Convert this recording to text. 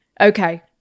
Okay